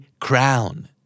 crown